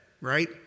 right